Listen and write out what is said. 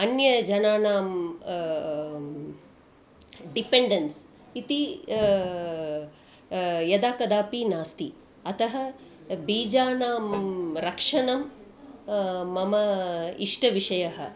अन्यजनानां dependence इति यदा कदापि नास्ति अतः बीजानां रक्षणं मम इष्टविषयः